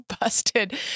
busted